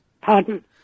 Pardon